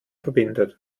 verbindet